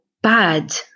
Bad